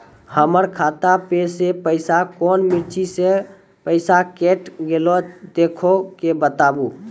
हमर खाता पर से पैसा कौन मिर्ची मे पैसा कैट गेलौ देख के बताबू?